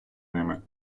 ними